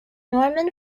norman